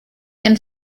and